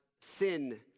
sin